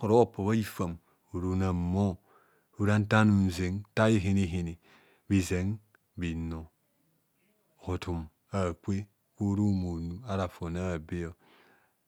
ora opa bha hifam onang bho